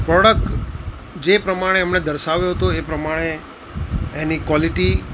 product જે પ્રમાણે એમણે દર્શાવ્યો હતો એ પ્રમાણે એની ક્વોલિટી